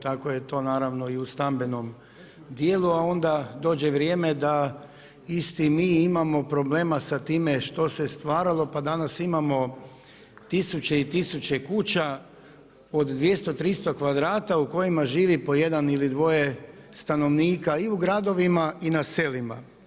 Tako je to naravno i u stambenom djelu a onda dođe vrijeme da isti mi imamo problema sa time što se stvaralo, pa danas imamo 1000 i 1000 kuća od 200, 300 kvadrata u kojima živi po jedan ili dvoje stanovnika i u gradovima i na selima.